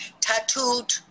tattooed